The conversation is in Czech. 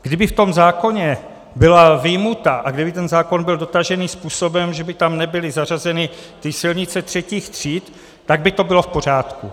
Kdyby v tom zákoně byla vyjmuta a kdyby ten zákon byl dotažený způsobem, že by tam nebyly zařazeny ty silnice třetích tříd, tak by to bylo v pořádku.